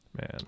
man